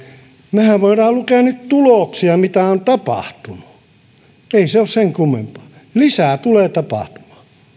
mehän voimme lukea nyt tuloksia mitä on tapahtunut ei se ole sen kummempaa lisää tulee tapahtumaan